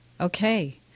Okay